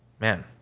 man